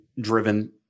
driven